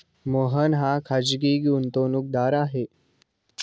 मोहन हा खाजगी गुंतवणूकदार आहे